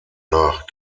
nach